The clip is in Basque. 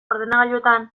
ordenagailuetan